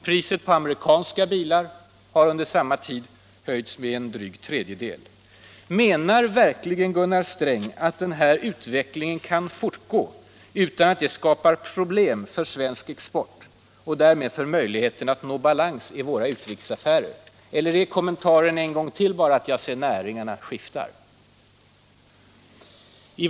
Priset på amerikanska bilar har under samma tid höjts med en dryg tredjedel. Menar verkligen Gunnar Sträng att denna utveckling kan fortgå utan att det skapar problem för svensk export och därmed för möjligheterna att nå balans i våra utrikesaffärer? Eller är kommentaren ännu en gång bara: Ja, se näringarna skiftar!